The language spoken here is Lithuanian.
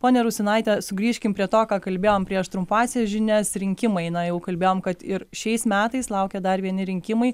ponia rusinaite sugrįžkim prie to ką kalbėjom prieš trumpąsias žinias rinkimai na jau kalbėjom kad ir šiais metais laukia dar vieni rinkimai